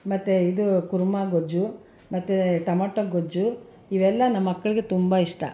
ಮತ್ತು ಇದು ಕುರ್ಮ ಗೊಜ್ಜು ಮತ್ತು ಟೊಮಟ ಗೊಜ್ಜು ಇವೆಲ್ಲ ನಮ್ಮ ಮಕ್ಕಳಿಗೆ ತುಂಬ ಇಷ್ಟ